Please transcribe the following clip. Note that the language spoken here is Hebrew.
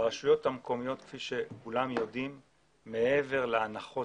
ברשויות המקומיות, מעבר להנחה